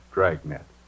Dragnet